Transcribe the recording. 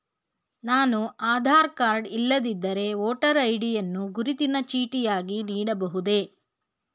ನಾನು ಆಧಾರ ಕಾರ್ಡ್ ಇಲ್ಲದಿದ್ದರೆ voter ID ಯನ್ನು ಗುರುತಿನ ಚೀಟಿಯಾಗಿ ನೀಡಬಹುದೇ?